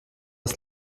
das